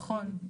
נכון.